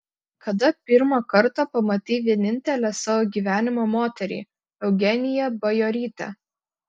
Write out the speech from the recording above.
kada pirmą kartą pamatei vienintelę savo gyvenimo moterį eugeniją bajorytę